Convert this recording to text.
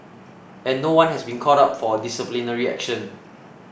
and no one has been called up for disciplinary action